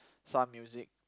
some music